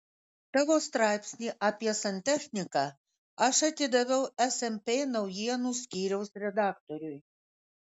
tavo straipsnį apie santechniką aš atidaviau smp naujienų skyriaus redaktoriui